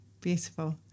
beautiful